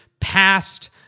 passed